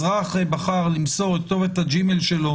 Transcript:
אזרח בחר למסור את כתובת הג'ימייל שלו